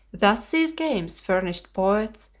thus these games furnished poets,